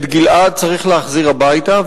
את גלעד צריך להחזיר הביתה,